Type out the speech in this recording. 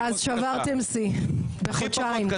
אז שברתם שיא בחודשיים,